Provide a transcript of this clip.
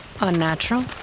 Unnatural